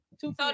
two